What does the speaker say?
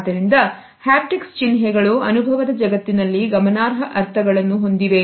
ಆದ್ದರಿಂದ ಹ್ಯಾಪ್ಟಿಕ್ಸ್ ಚಿನ್ಹೆಗಳು ಅನುಭವದ ಜಗತ್ತಿನಲ್ಲಿ ಗಮನಾರ್ಹ ಅರ್ಥಗಳನ್ನು ಹೊಂದಿವೆ